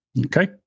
Okay